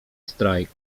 strajk